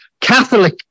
Catholic